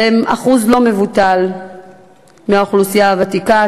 והם אחוז לא מבוטל מהאוכלוסייה הוותיקה,